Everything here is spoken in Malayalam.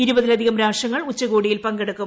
ഇരുപതിലധികം രാഷ്ട്രങ്ങൾ ഉച്ചകോടിയിൽ പങ്കെടുക്കും